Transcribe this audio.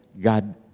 God